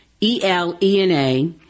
E-L-E-N-A